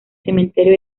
cementerio